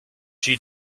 she